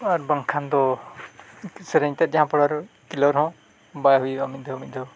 ᱟᱨ ᱵᱟᱝᱠᱷᱟᱱ ᱫᱚ ᱥᱮᱨᱮᱧ ᱛᱮᱫ ᱡᱟᱦᱟᱸ ᱯᱟᱲᱟᱨᱮ ᱠᱞᱤᱭᱟᱨ ᱦᱚᱸ ᱵᱟᱭ ᱦᱩᱭᱩᱜᱼᱟ ᱢᱤᱫ ᱫᱷᱟᱹᱣ ᱢᱤᱫ ᱫᱷᱟᱹᱣ